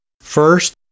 First